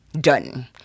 done